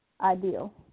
ideal